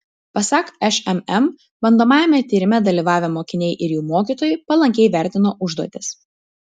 pasak šmm bandomajame tyrime dalyvavę mokiniai ir jų mokytojai palankiai vertino užduotis